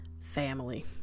family